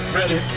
ready